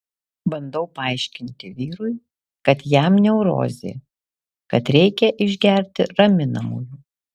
bandau paaiškinti vyrui kad jam neurozė kad reikia išgerti raminamųjų